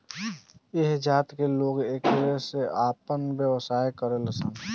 ऐह जात के लोग एकरे से आपन व्यवसाय करेलन सन